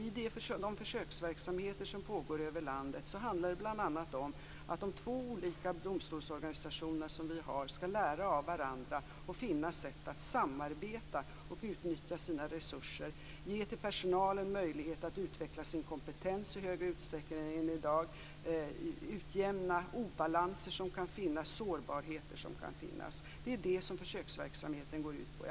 I de försöksverksamheter som pågår över landet handlar det bl.a. om att de två olika domstolsorganisationer vi har skall lära av varandra och finna sätt att samarbeta, utnyttja sina resurser, ge personalen möjligheter att utveckla sin kompetens i högre utsträckning än i dag och utjämna obalanser och sårbarheter som kan finnas. Det är vad försöksverksamheten går ut på.